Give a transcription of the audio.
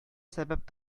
сәбәп